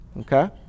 Okay